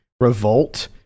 revolt